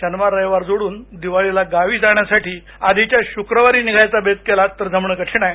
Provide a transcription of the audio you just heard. शनिवार रविवार जोडून दिवाळीला गावी जाण्यासाठी आधिच्या शुक्रवारी निघायचा बेत केलात तर जमणं कठीण आहे